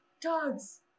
Dogs